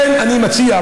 לכן אני מציע,